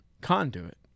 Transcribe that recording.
conduit